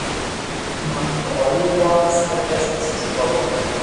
mano broliui luomas svarbesnis už kraują